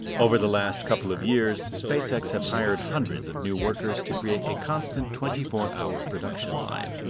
over the last couple of years, spacex have hired hundreds of new workers to create a constant twenty four hour production line.